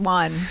one